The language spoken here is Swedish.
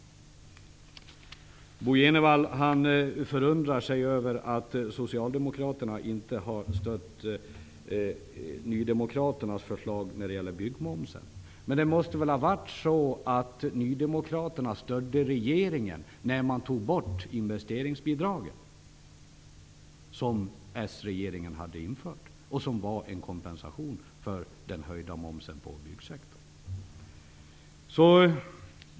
Bo Jenevall förundrar sig över att socialdemokraterna inte stött nydemokraternas förslag när det gäller byggmomsem. Men det måste väl ha varit så att nydemokraterna stödde regeringen när den tog bort investeringsbidragen som s-regeringen hade infört och som var en kompensation för den höjda momsen på byggsektorn.